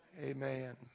Amen